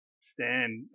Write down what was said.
stand